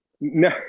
no